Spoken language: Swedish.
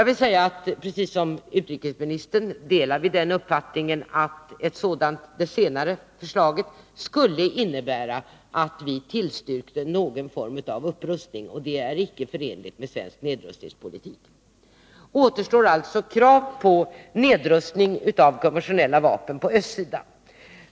Vi delar utrikesministerns uppfattning att det senare alternativet skulle innebära att vi tillstyrkte någon form av upprustning, och det är icke förenligt med svensk nedrustningspolitik. Återstår alltså krav på nedrustning av konventionella vapen på östsidan.